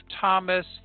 Thomas